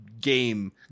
game